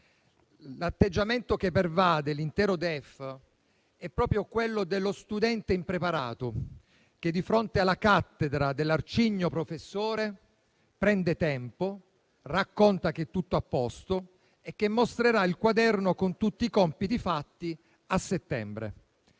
L'atteggiamento che pervade l'intero DEF è proprio quello dello studente impreparato, che di fronte alla cattedra dell'arcigno professore prende tempo, racconta che è tutto a posto e che mostrerà il quaderno con tutti i compiti fatti a settembre.